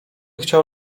chciał